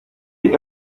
the